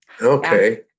Okay